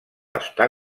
està